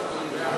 מיכל